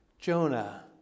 Jonah